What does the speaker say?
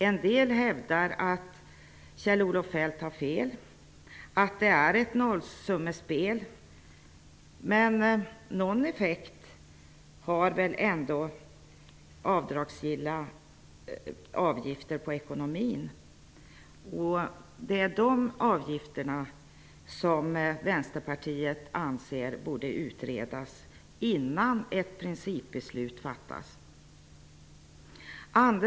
En del hävdar att Kjell-Olof Feldt har fel, att det är ett nollsummespel, men någon effekt har väl ändå avdragsgilla avgifter på ekonomin? Det är dessa avgifter som Vänsterpartiet anser borde utredas innan ett principbeslut fattas.